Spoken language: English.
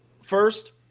first